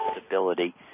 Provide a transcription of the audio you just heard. stability